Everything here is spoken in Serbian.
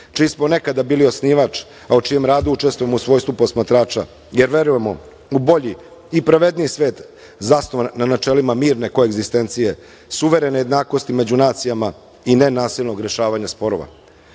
čiji smo nekada bili osnivač, a o čijem radu učestvujemo u svojstvu posmatrača, jer verujemo u bolji i pravedniji svet zasnovan na načelima mirne koegzistencije, suverene jednakosti među nacijama i nenasilnog rešavanja sporova. Mir